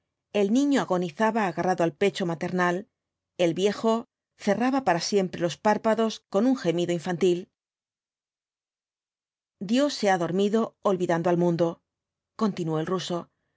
el niño agonizaba agarrado al pecho maternal el viejo cerraba para siempre los párpados con un gemido infantil dios se ha dormido olvidando al mundo continuó el ruso